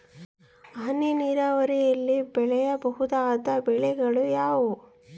ಹನಿ ನೇರಾವರಿಯಲ್ಲಿ ಬೆಳೆಯಬಹುದಾದ ಬೆಳೆಗಳು ಯಾವುವು?